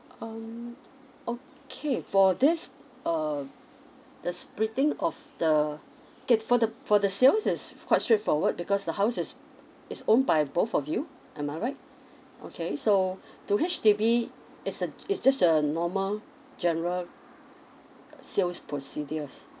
um okay for this um the splitting of the K for the for the sales is f~ quite straightforward because the house is is owned by both of you am I right okay so to H_D_B is a is just a normal genre sales procedures